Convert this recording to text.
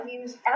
use